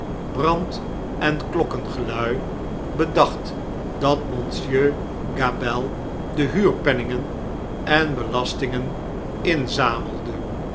brand en klokkengelui bedacht dat monsieur gabelle de huurpenningen en belastingen inzamelde